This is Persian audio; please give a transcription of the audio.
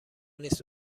نیست